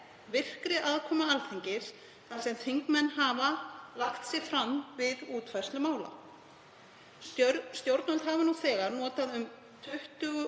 virkri aðkomu Alþingis þar sem þingmenn hafa lagt sig fram við útfærslu mála. Stjórnvöld hafa nú þegar notað